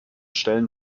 stellen